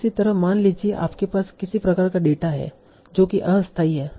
इसी तरह मान लीजिए कि आपके पास किसी प्रकार का डेटा है जो कि अस्थायी है